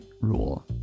rule